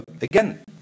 again